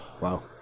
Wow